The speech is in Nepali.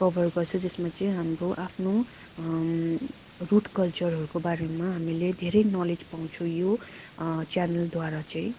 कभर गर्छ जसमा चाहिँ हाम्रो आफ्नो रुट कल्चरहरूको बारेमा हामीले धेरै नलेज पाउँछौँ यो च्यानलद्वारा चाहिँ